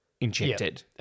injected